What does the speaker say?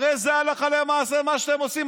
הרי זה הלכה למעשה מה שאתם עושים,